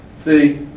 See